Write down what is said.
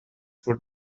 for